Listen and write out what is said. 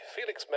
Felix